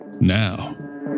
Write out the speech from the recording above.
Now